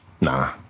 Nah